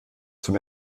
zum